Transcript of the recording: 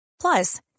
Plus